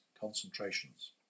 concentrations